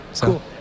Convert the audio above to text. Cool